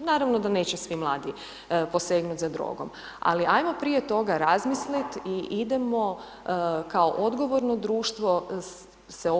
Naravno da neće svi mladi posegnut za drogom, ali ajmo prije toga razmislit i idemo kao odgovorno društvo se